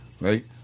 Right